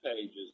pages